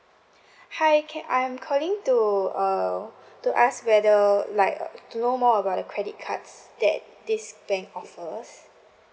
hi ca~ I'm calling to uh to ask whether like to know more about the credit cards that this bank offers